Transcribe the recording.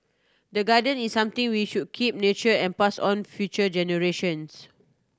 the garden is something we should keep nurture and pass on future generations